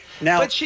Now